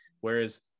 Whereas